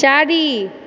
चारि